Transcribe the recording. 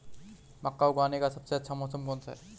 मक्का उगाने का सबसे अच्छा मौसम कौनसा है?